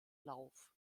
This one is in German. lauf